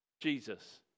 Jesus